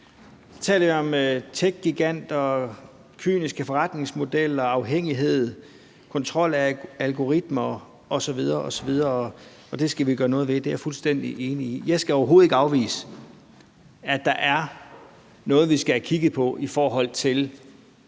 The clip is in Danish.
om skærmtid, techgiganter, kyniske forretningsmodeller og afhængighed, kontrol af algoritmer osv. osv. Det skal vi gøre noget ved, og det er jeg fuldstændig enig i. Jeg skal overhovedet ikke afvise, at der er noget, vi skal have kigget på i forhold til